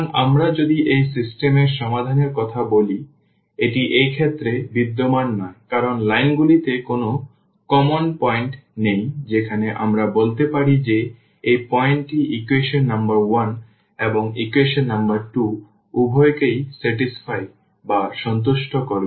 সুতরাং আমরা যদি এই সিস্টেম এর সমাধানের কথা বলি সুতরাং এটি এই ক্ষেত্রে বিদ্যমান নয় কারণ লাইনগুলিতে কোনও সাধারণ পয়েন্ট নেই যেখানে আমরা বলতে পারি যে এই পয়েন্টটি ইকুয়েশন নম্বর 1 এবং ইকুয়েশন নম্বর 2 উভয়কেই সন্তুষ্ট করবে কারণ তারা ইন্টারসেক্ট করে না